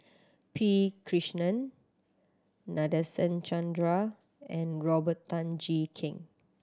P Krishnan Nadasen Chandra and Robert Tan Jee Keng